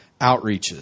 outreaches